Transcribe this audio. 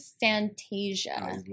Fantasia